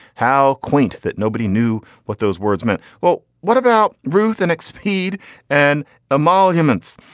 how quaint. that nobody knew what those words meant. well what about ruth and expedia and emoluments.